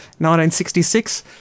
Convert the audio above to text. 1966